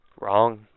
wrong